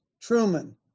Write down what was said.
Truman